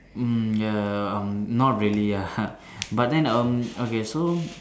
mm ya um not really ah ha but then um okay so